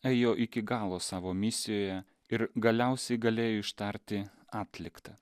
ėjo iki galo savo misijoje ir galiausiai galėjo ištarti atlikta